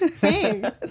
Hey